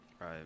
Right